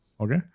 okay